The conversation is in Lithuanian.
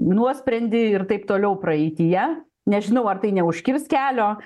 nuosprendį ir taip toliau praeityje nežinau ar tai neužkirs kelio